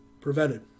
prevented